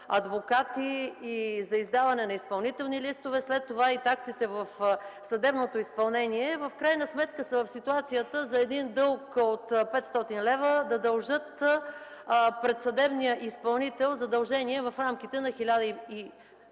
адвокати, за издаване на изпълнителни листове, след това и таксите за съдебното изпълнение, се оказват в ситуация за дълг от 500 лв. да дължат пред съдебния изпълнител задължения в рамките на 1500